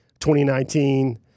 2019